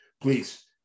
please